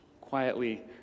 quietly